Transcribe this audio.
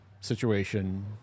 situation